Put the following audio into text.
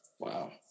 Wow